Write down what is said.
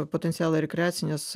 potencialą rekreacines